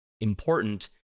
important